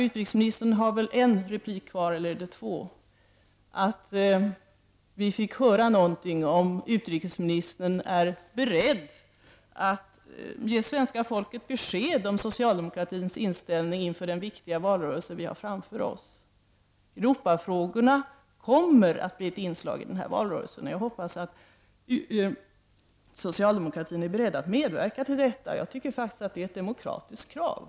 Utrikesministern har väl en eller två repliker kvar, så jag skulle önska att vi fick höra om utrikesministern är beredd att ge svenska folket besked om socialdemokratins inställning inför den viktiga valrörelse vi har framför oss. Europafrågorna kommer att bli ett inslag i den här valrörelsen. Jag hoppas att socialdemokratin är beredd att medverka till detta. Jag tycker faktiskt att det är ett demokratiskt krav.